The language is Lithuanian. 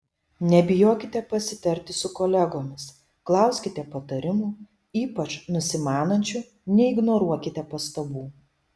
nebijokite pasitarti su kolegomis klauskite patarimų ypač nusimanančių neignoruokite pastabų